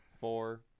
four